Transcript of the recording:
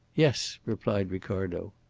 yes, replied ricardo.